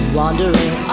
wandering